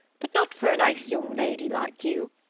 but not for a nice young lady like you.